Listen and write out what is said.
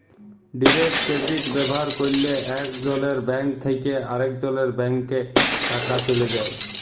direct credit ব্যাভার ক্যরলে একজলের ব্যাংক থ্যাকে আরেকজলের ব্যাংকে টাকা চ্যলে যায়